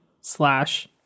slash